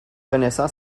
connaissant